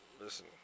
Listen